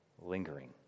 lingering